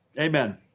Amen